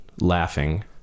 laughing